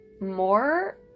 more